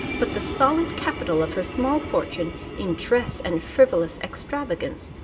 but the solid capital of her small fortune in dress, and frivolous extravagance,